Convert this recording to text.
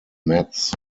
metz